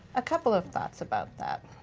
a couple of thoughts about that.